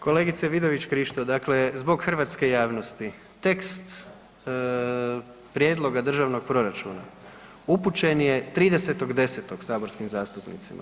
Kolegice Vidović Krišto, dakle zbog hrvatske javnosti, tekst Prijedloga Državnog proračuna upućen je 30.10. saborskim zastupnicima.